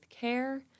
care